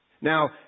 Now